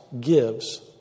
gives